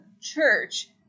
church